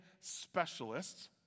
specialists –